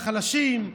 לחלשים,